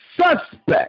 Suspect